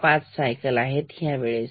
5 cycle आहे ह्या वेळेसाठी